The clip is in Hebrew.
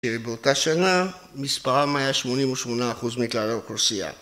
‫ובאותה שנה מספרם היה 88% ‫מכלל האוכלוסייה.